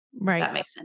Right